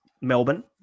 Melbourne